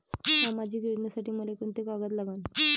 सामाजिक योजनेसाठी मले कोंते कागद लागन?